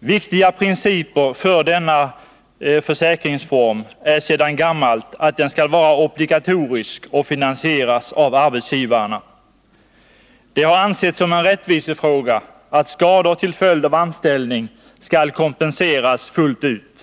Viktiga principer för denna försäkringsform är sedan gammalt att den skall vara obligatorisk och finansieras av arbetsgivarna. Det har ansetts som en rättvisefråga att skador till följd av anställning skall kompenseras fullt ut.